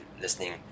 listening